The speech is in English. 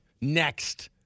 next